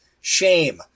shame